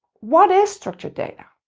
what is structured data?